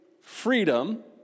freedom